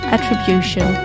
Attribution